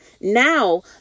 now